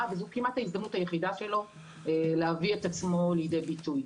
וזאת כמעט ההזדמנות היחידה שלו להביא את עצמו לידי ביטוי.